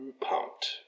pumped